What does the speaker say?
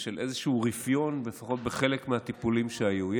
כאיזשהו רפיון, לפחות בחלק מהטיפולים שהיו.